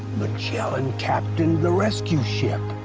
magellan captained the rescue ship.